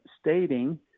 stating